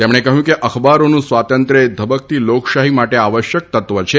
તેમણે કહ્યું કે અખબારોનું સ્વાતંત્ર્ય એ ધબકતી લોકશાહી માટે આવશ્યક તત્વ છે